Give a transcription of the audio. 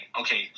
okay